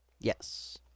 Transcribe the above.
Yes